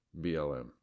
BLM